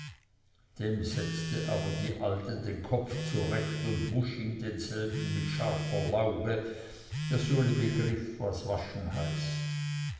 dem setzte aber die alte den kopf zurecht und wusch ihm denselben mit scharfer lauge daß uli begriff was waschen heißt